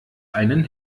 einen